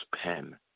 pen